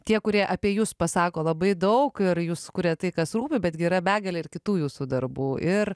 tie kurie apie jus pasako labai daug ir jūs kuriat tai kas rūpi betgi yra begalė ir kitų jūsų darbų ir